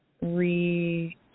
re